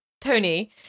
Tony